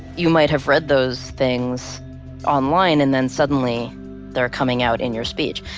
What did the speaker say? you might have read those things online and then suddenly they're coming out in your speech.